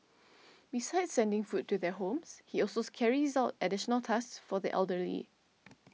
besides sending food to their homes he also carries out additional tasks for the elderly